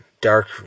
dark